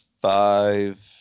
five